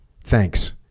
Thanks